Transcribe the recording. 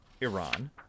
Iran